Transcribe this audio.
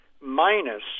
minus